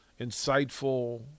insightful